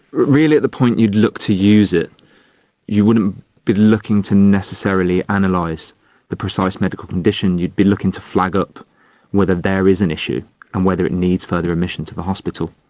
really at the point you'd look to use it you wouldn't be looking to necessarily and analyse the precise medical condition, you'd be looking to flag up whether there is an issue and whether it needs further admission to the hospital.